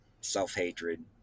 self-hatred